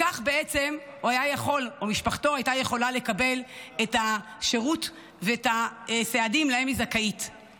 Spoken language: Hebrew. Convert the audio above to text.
כך בעצם משפחתו הייתה יכולה לקבל את השירות ואת הסעדים שהיא זכאית להם.